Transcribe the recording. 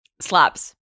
slaps